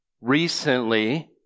recently